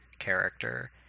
character